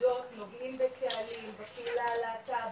בנקודות נוגעים בקהלים בקהילה הלהטב"ית,